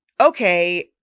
okay